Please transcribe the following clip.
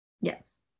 yes